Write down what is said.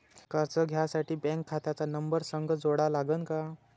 कर्ज घ्यासाठी बँक खात्याचा नंबर संग जोडा लागन का?